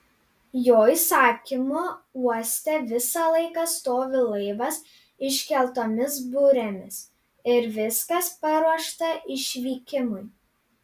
jo įsakymu uoste visą laiką stovi laivas iškeltomis burėmis ir viskas paruošta išvykimui